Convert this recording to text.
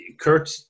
Kurt